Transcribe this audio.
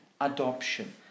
adoption